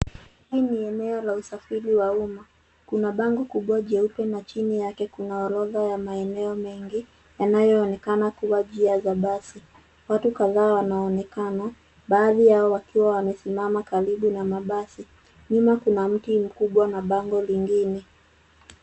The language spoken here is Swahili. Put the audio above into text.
Hii ni eneo la usafiri wa umma. Kuna bango kubwa jeupe na chini yake kuna orodha ya maeneo mengi, yanayoonekana kwa njia ya basi. Watu kadhaa wanaonekana, baadhi yao wakiwa wamesimama karibu na mabasi. Nyuma kuna mti mkubwa na bango lingine.